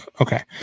Okay